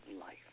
life